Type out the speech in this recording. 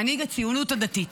מנהיג הציונות הדתית